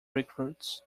recruits